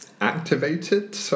activated